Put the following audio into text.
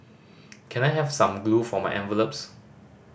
can I have some glue for my envelopes